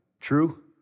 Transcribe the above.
True